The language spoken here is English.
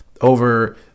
over